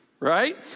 right